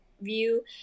view